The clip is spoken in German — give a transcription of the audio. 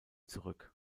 zurück